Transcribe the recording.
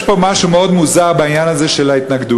יש פה משהו מאוד מוזר בעניין הזה של ההתנגדות.